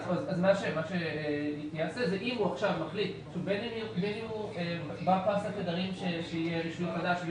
אם הוא עכשיו מחליט בהקצאת התדרים ברישוי החדש,